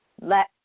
let